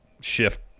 shift